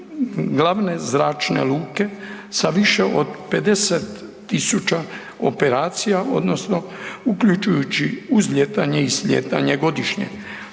glavne zračne luke sa više od 50.000 operacija odnosno uključujući uzlijetanje i slijetanje godišnje.